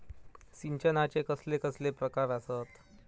सिंचनाचे कसले कसले प्रकार आसत?